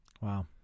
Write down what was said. Wow